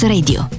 Radio